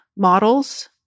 Models